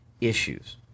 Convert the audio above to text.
issues